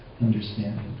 understanding